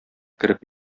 кереп